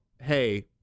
hey